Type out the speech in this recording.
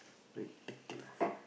ridiculous